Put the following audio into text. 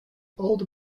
older